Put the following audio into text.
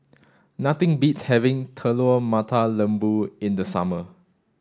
nothing beats having Telur Mata Lembu in the summer